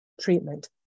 treatment